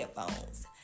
headphones